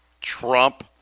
Trump